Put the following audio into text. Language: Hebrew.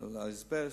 על האזבסט,